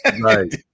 Right